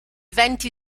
venti